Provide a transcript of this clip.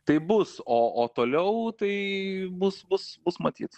tai bus o o toliau tai bus bus matyt